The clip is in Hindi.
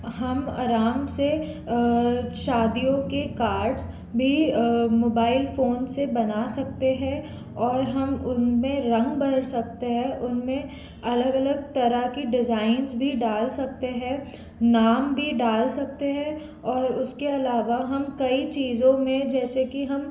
हम आराम से शादियों के कार्ड्स भी मोबाइल फ़ोन से बना सकते है और हम उनमें रंग भर सकते है उनमें अलग अलग तरह की डिजाइंस भी डाल सकते है नाम भी डाल सकते है और उसके अलावा हम कई चीज़ों में जैसे कि हम